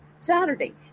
saturday